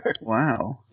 Wow